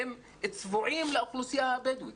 הם צבועים לאוכלוסייה הבדואית.